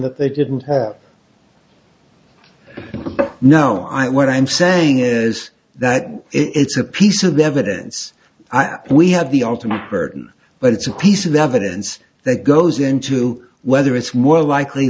that they didn't have no i what i'm saying is that it's a piece of evidence and we have the ultimate burden but it's a piece of evidence that goes into whether it's more likely